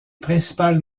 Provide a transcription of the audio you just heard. principales